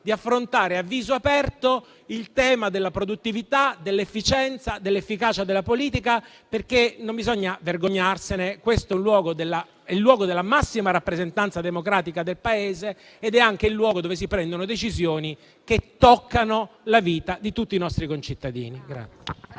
di affrontare a viso aperto il tema della produttività, dell'efficienza e dell'efficacia della politica, perché - non bisogna vergognarsene - questo è il luogo della massima rappresentanza democratica del Paese ed è anche il luogo dove si prendono decisioni che toccano la vita di tutti i nostri concittadini.